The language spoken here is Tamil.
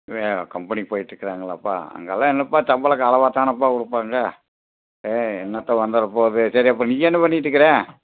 ஆ கம்பெனிக்கு போயிட்டுருக்குறாங்களாப்பா அங்கெல்லாம் என்னப்பா சம்பளம் அளவாதானப்பா கொடுப்பாங்க ஆ என்னாத்தை வந்துட போகுது சரி அப்போ நீ என்ன பண்ணிட்டுக்கிற